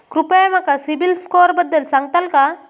कृपया माका सिबिल स्कोअरबद्दल सांगताल का?